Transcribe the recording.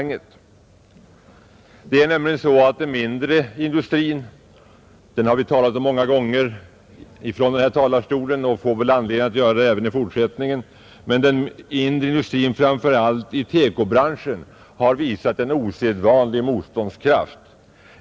Om den mindre industrin har vi talat många gånger från den här talarstolen, och vi får väl anledning att göra det även i fortsättningen. Emellertid har den mindre industrin framför allt i TEKO-branschen visat en osedvanlig motståndskraft.